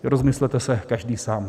Rozmyslete se každý sám.